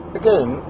again